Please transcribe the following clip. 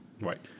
Right